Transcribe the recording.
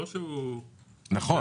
נכון,